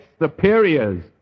superiors